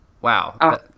Wow